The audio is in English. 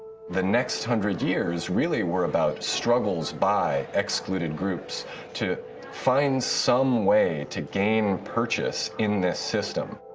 the next hundred years, really, were about struggles by excluded groups to find some way to gain purchase in this system.